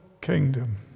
kingdom